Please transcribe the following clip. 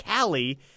Callie